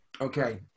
Okay